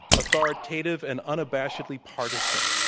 authoritative, and unabashedly partisan.